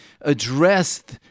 addressed